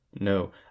No